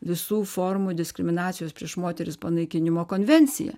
visų formų diskriminacijos prieš moteris panaikinimo konvencija